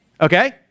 Okay